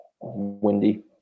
windy